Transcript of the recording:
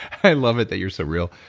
i love it that you're so real.